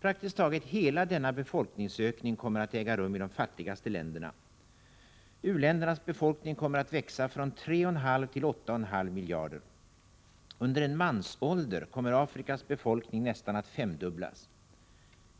Praktiskt taget hela denna befolkningsökning kommer att äga rum i de fattigaste länderna. U-ländernas befolkning kommer att växa från 3,5 till 8,5 miljarder. Under en mansålder kommer Afrikas befolkning nästan att femdubblas.